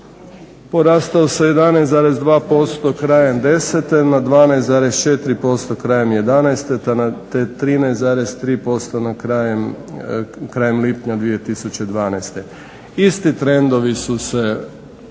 porastao je na 11,2% krajem deset na 12,4% krajem jedanaeste te 13,3% krajem lipnja 2012. Isti trendovi su se